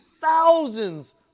thousands